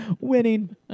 Winning